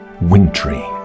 wintry